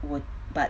我 but